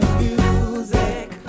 music